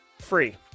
free